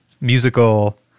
musical